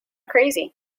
crazy